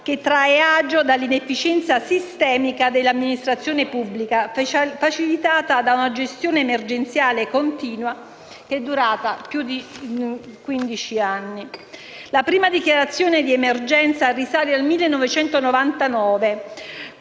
che trae agio dall'inefficienza sistemica dell'amministrazione pubblica, facilitata da una gestione emergenziale continua che è durata più di quindici anni. La prima dichiarazione di emergenza risale al 1999,